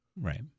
Right